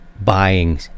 buying